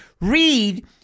read